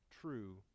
true